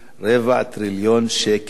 רבע טריליון שקל,